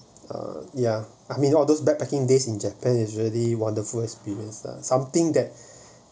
uh ya I mean all of those backpacking days in japan is really wonderful experience lah something that